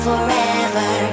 Forever